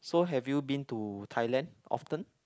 so have you been to Thailand often